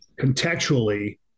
contextually